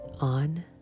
on